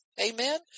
Amen